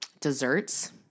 desserts